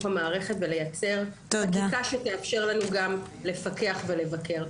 המערכת ולייצר --- שתאפשר לנו גם לפקח ולבקר.